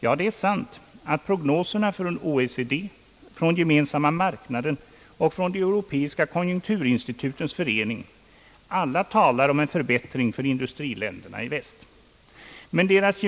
Ja, det är sant att prognoserna från OECD, från Gemensamma marknaden och från de europeiska konjunkturinstitutens förening alla talar för en förbättring för industriländerna i väster.